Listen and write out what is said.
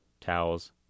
Towels